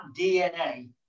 DNA